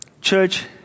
church